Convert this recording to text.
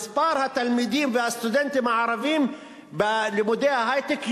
מספר התלמידים והסטודנטים הערבים בלימודי היי-טק יורד,